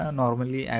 normally